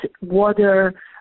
water